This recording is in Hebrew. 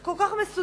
כל כך מסודרים,